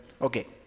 Okay